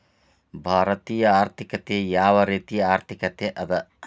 ಭಾರತೇಯ ಆರ್ಥಿಕತೆ ಯಾವ ರೇತಿಯ ಆರ್ಥಿಕತೆ ಅದ?